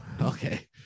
okay